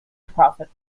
profit